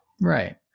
Right